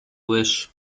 wish